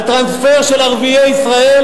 על טרנספר של ערביי ישראל,